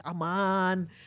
Aman